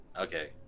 Okay